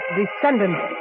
descendants